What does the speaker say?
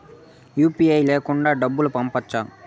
UPI లేకుండా డబ్బు పంపొచ్చా